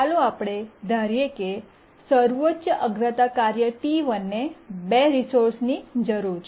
ચાલો આપણે ધારીએ કે સર્વોચ્ચ અગ્રતા કાર્ય T1 ને 2 રિસોર્સની જરૂર છે